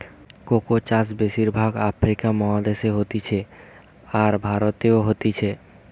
cocoa চাষ বেশির ভাগ আফ্রিকা মহাদেশে হতিছে, আর ভারতেও হতিছে